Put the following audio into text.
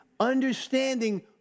understanding